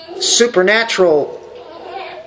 supernatural